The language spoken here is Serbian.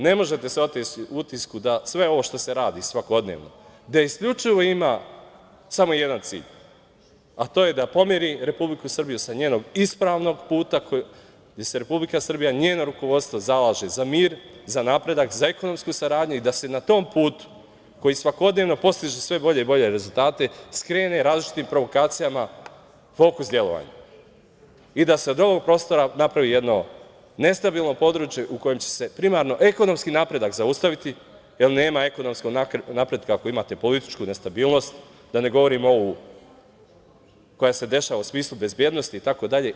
Ne možete se oteti utisku da sve ovo što se radi svakodnevno da isključivo ima samo jedan cilj a to je da pomeri Republiku Srbiju sa njenog ispravnog puta, jer se Republika Srbija, njeno rukovodstvo zalaže za mir, za napredak, za ekonomsku saradnju i da se na tom putu, koji svakodnevno postiže sve bolje i bolje rezultate, skrene različitim provokacijama fokus delovanja i da se od ovog prostora napravi jedno nestabilno područje u kojem će se primarno ekonomski napredak zaustaviti, jer nema ekonomskog napretka ako imate političku nestabilnost, da ne govorim ovu koja se dešava u smislu bezbednosti itd.